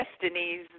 destinies